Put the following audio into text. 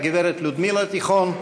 והגברת לודמילה תיכון,